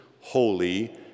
holy